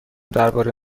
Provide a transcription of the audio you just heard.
درباره